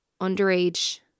underage